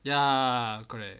ya correct